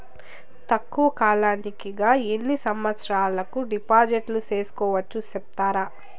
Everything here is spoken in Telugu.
తక్కువ కాలానికి గా ఎన్ని సంవత్సరాల కు డిపాజిట్లు సేసుకోవచ్చు సెప్తారా